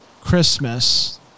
Christmas